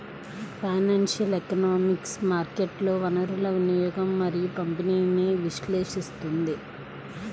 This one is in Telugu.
ఫైనాన్షియల్ ఎకనామిక్స్ మార్కెట్లలో వనరుల వినియోగం మరియు పంపిణీని విశ్లేషిస్తుంది